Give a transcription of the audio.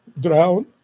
drown